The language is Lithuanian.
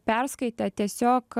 perskaitę tiesiog